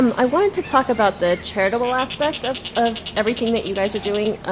um i wanted to talk about the charitable aspect of of everything that you guys are doing.